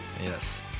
yes